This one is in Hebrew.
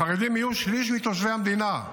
החרדים יהיו שליש מתושבי המדינה.